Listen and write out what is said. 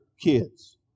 kids